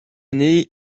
année